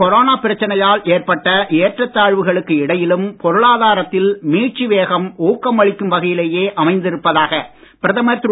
corona பிரச்சனையால் ஏற்பட்ட ஏற்றத் நாட்டில் தாழ்வுகளுக்கு இடையிலும் பொருளாதாரத்தில் மீட்சி வேகம் ஊக்கம் அளிக்கும் வகையிலேயே அமைந்திருப்பதாக பிரதமர் திரு